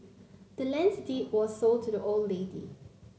the land's deed was sold to the old lady